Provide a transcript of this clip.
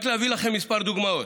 רק אביא לכם כמה דוגמאות: